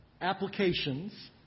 applications